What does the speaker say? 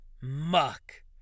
Muck